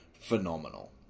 phenomenal